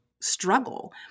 struggle